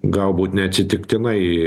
galbūt neatsitiktinai